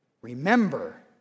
Remember